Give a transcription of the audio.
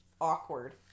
awkward